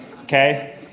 okay